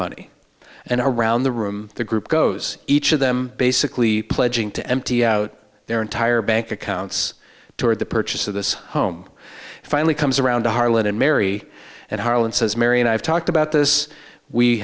money and around the room the group goes each of them basically pledging to empty out their entire bank accounts toward the purchase of this home finally comes around to harlan and mary and harlan says mary and i have talked about this we